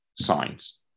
Signs